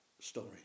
story